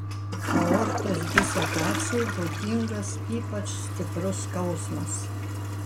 aortos disekacijai būdingas ypač stiprus skausmas